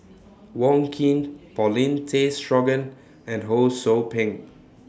Wong Keen Paulin Tay Straughan and Ho SOU Ping